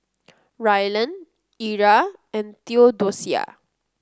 Rylan Era and Theodosia